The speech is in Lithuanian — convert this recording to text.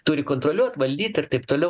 turi kontroliuot valdyt ir taip toliau